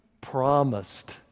promised